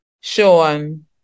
Sean